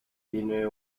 tiene